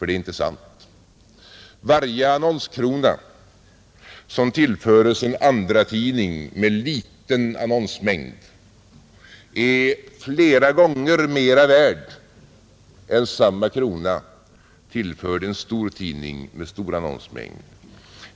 Det är inte sant, Varje annonskrona som tillföres en andratidning med liten annonsmängd är flera gånger mera värd än samma krona tillförd en stor tidning med stor annonsmängd.